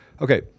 Okay